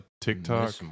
TikTok